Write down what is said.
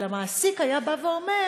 והמעסיק היה בא ואומר: